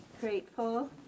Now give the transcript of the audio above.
grateful